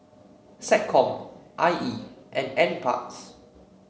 SecCom I E and NParks